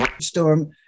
Storm